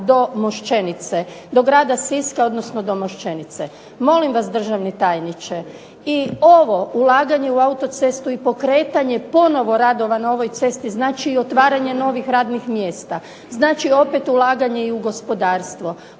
do Mošćenice, do grada Siska, odnosno do Mošćenice. Molim vas državni tajniče i ovo ulaganje u autocestu i pokretanje ponovo radova na ovoj cesti znači i otvaranje novih radnih mjesta, znači opet ulaganje i u gospodarstvo.